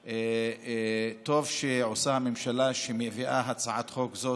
טוב שעושה הממשלה שמביאה הצעת חוק זאת,